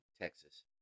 Texas